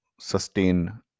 sustain